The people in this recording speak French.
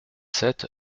sept